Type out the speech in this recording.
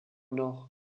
nord